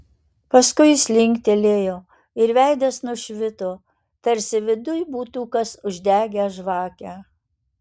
paskui jis linktelėjo ir veidas nušvito tarsi viduj būtų kas uždegęs žvakę